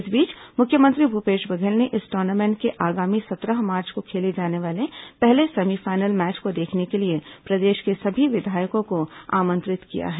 इस बीच मुख्यमंत्री भूपेश बघेल ने इस टूर्नामेंट के आगामी सत्रह मार्च को खेले जाने वाले पहले सेमीफाइनल मैच को देखने के लिए प्रदेश के सभी विधायकों को आमंत्रित किया है